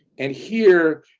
and here,